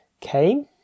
came